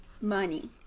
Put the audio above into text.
money